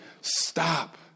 Stop